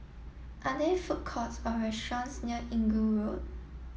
are there food courts or restaurants near Inggu Road